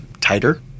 tighter